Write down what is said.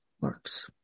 works